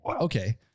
okay